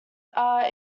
are